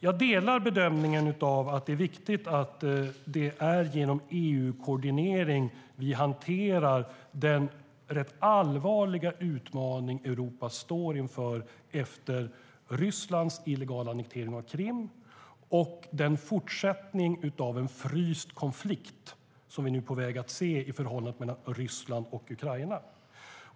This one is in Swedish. Jag delar bedömningen av att det är viktigt att det är genom EU-koordinering vi hanterar den rätt allvarliga utmaning som Europa står inför efter Rysslands illegala annektering av Krim och fortsättningen av den frysta konflikt som vi nu är på väg att se i förhållandet mellan Ryssland och Ukraina.